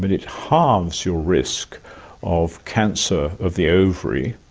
but it halves your risk of cancer of the ovary,